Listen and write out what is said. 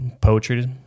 poetry